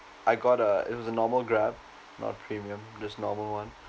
I got a it was a normal grab not premium just normal one